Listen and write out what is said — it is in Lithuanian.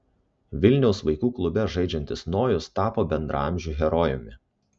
vilniaus vaikų klube žaidžiantis nojus tapo bendraamžių herojumi